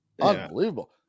Unbelievable